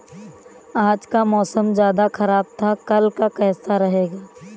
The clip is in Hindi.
आज का मौसम ज्यादा ख़राब था कल का कैसा रहेगा?